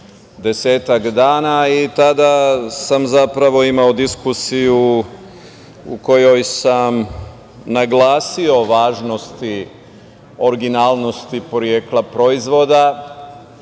desetak dana. Tada sam zapravo imao diskusiju u kojoj sam naglasio važnost originalnosti porekla proizvoda,